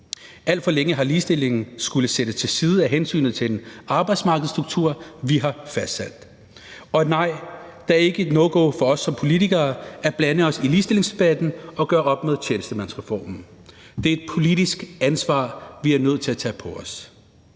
Alt for længe har ligestillingen skulle sættes til side af hensyn til arbejdsmarkedsstrukturer, vi har fastsat. Og nej, det er ikke et no-go for os som politikere at blande os i ligestillingsdebatten og gøre op med tjenestemandsreformen. Det er et politisk ansvar, vi er nødt til at tage på os,